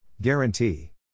Guarantee